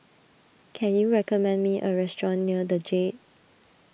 can you recommend me a restaurant near the Jade